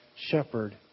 shepherd